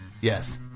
Yes